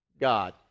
God